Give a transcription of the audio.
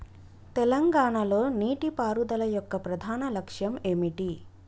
తెలంగాణ లో నీటిపారుదల యొక్క ప్రధాన లక్ష్యం ఏమిటి?